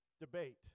debate